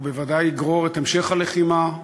והוא בוודאי יגרור את המשך הלחימה,